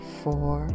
four